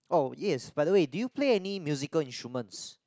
oh yes by the way do you play any musical instruments